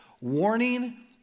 warning